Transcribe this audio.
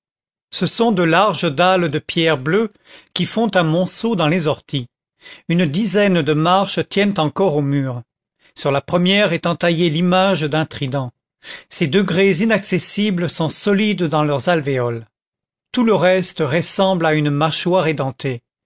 ce sont de larges dalles de pierre bleue qui font un monceau dans les orties une dizaine de marches tiennent encore au mur sur la première est entaillée l'image d'un trident ces degrés inaccessibles sont solides dans leurs alvéoles tout le reste ressemble à une mâchoire édentée